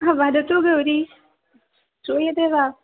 हा वदतु गौरी श्रूयते वा